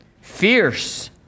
fierce